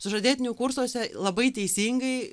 sužadėtinių kursuose labai teisingai